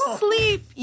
sleep